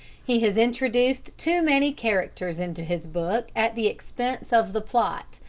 he has introduced too many characters into his book at the expense of the plot.